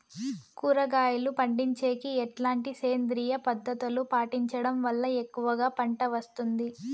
కూరగాయలు పండించేకి ఎట్లాంటి సేంద్రియ పద్ధతులు పాటించడం వల్ల ఎక్కువగా పంట వస్తుంది?